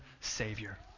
Savior